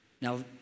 Now